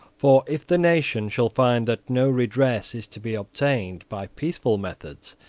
for, if the nation shall find that no redress is to be obtained by peaceful methods,